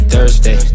Thursday